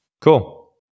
Cool